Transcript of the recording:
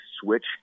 switch